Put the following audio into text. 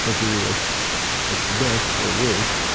i figure that's at best or worst.